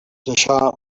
deixar